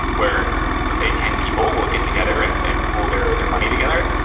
where let's say ten people will get together and and pool their their money together.